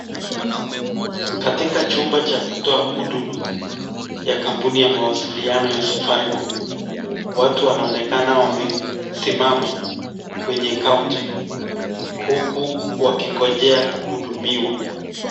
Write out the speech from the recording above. Katika chumba cha kutoa huduma ya kampuni ya mawasiliano ya safaricom watu wanaonekana wamesimama kwenye kaonta huku eakongojea kuhudumiwa.